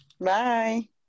Bye